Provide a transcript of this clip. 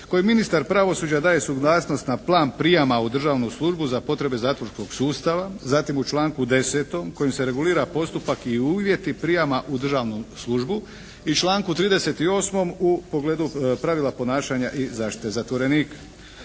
koje ministar pravosuđa daje suglasnost na plan prijama u državnu službu za potrebe zatvorskog sustava, zatim u članku 10. kojim se regulira postupak i uvjeti prijema u državnu službi i članku 38. u pogledu pravila ponašanja i zaštite zatvorenika.